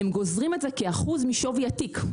הם גוזרים את זה כאחוז משווי התיק,